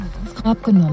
Abgenommen